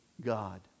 God